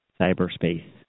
cyberspace